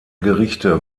gerichte